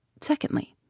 Secondly